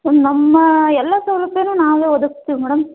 ನಮ್ಮ ಎಲ್ಲ ಸೌಲಭ್ಯನೂ ನಾವೇ ಒದಗ್ಸ್ತೀವಿ ಮೇಡಮ್